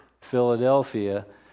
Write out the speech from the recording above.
Philadelphia